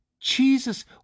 Jesus